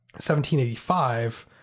1785